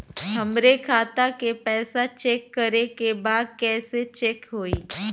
हमरे खाता के पैसा चेक करें बा कैसे चेक होई?